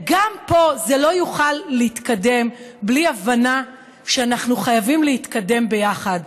גם פה זה לא יוכל להתקדם בלי הבנה שאנחנו חייבים להתקדם ביחד,